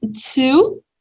two